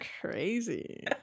crazy